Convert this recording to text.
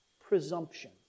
Presumption